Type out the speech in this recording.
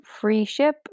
FREESHIP